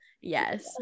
Yes